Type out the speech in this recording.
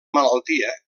malaltia